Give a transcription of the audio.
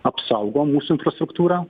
apsaugo mūsų infrastruktūrą